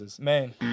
man